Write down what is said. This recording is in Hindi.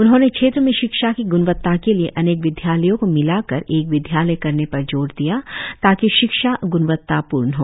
उन्होंने क्षेत्र में शिक्षा की ग्णवत्ता के लिए अनेक विद्यालयो को मिलाकर एक विद्यालय करने पर जोर दिया ताकि शिक्षा गुणवत्तापूर्ण हो